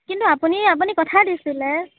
কিন্তু আপুনি আপুনি কথা দিছিলে